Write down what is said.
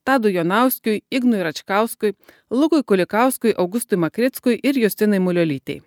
tadui jonauskiui ignui račkauskui lukui kulikauskui augustui makrickui ir justinai muliolytei